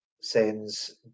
sends